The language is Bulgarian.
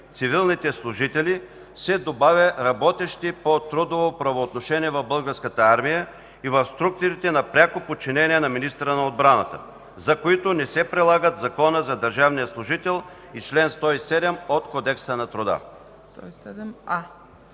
„цивилните служители” се добавя „работещи по трудово правоотношение в Българската армия и в структурите на пряко подчинение на министъра на отбраната, за които не се прилагат Законът за държавния служител и чл. 107а от Кодекса на труда”.”